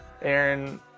Aaron